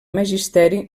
magisteri